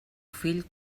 fill